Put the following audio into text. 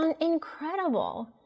incredible